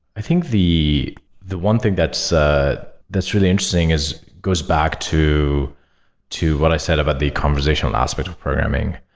i think the the one thing that's ah that's really interesting goes back to to what i said about the conversation and aspect of programming,